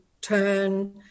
turn